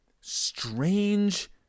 strange